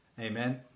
Amen